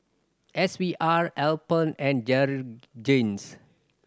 S V R Alpen and